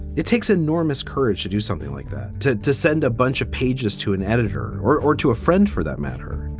it takes enormous courage to do something like that, to descend a bunch of pages to an editor or or to a friend for that matter.